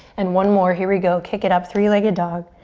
and one more, here we go. kick it up, three-legged dog.